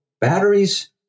batteries